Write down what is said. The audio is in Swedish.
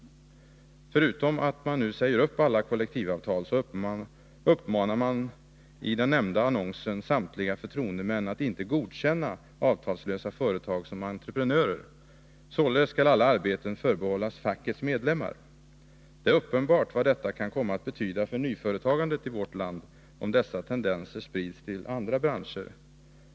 Förutom att man nu säger upp alla kollektivavtal uppmanar man i den nämnda annonsen samtliga förtroendemän att inte godkänna avtalslösa företag som entreprenörer. Således skall alla arbeten förbehållas fackets medlemmar. Det är uppenbart vad det kan komma att betyda för nyföretagandet i vårt land, om dessa tendenser sprids till andra branscher.